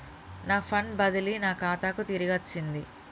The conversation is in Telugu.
నా ఫండ్ బదిలీ నా ఖాతాకు తిరిగచ్చింది